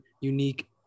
unique